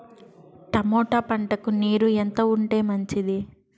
Tomato పంటకు నీరు ఎంత ఉంటే మంచిది?